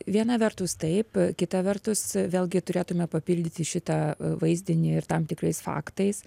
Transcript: viena vertus taip kita vertus vėlgi turėtume papildyti šitą vaizdinį ir tam tikrais faktais